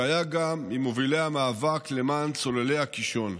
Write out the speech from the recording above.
שהיה גם ממובילי המאבק למען צוללי הקישון,